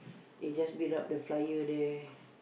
they just build up the flyer there